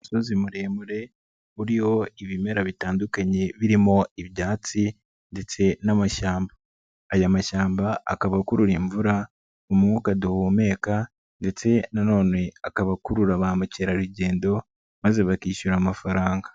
Umusozi muremure uriho ibimera bitandukanye birimo ibyatsi ndetse n'amashyamba, ayo mashyamba akaba akurura imvura, umwuka duhumeka ndetse none akaba akurura ba mukerarugendo maze bakishyura amafaranga.